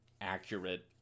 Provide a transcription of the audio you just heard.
accurate